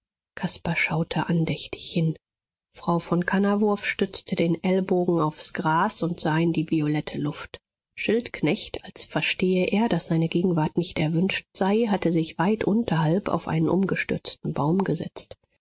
caspar schaute andächtig hin frau von kannawurf stützte den ellbogen aufs gras und sah in die violette luft schildknecht als verstehe er daß seine gegenwart nicht erwünscht sei hatte sich weit unterhalb auf einen umgestürzten baum gesetzt